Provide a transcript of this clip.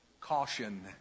caution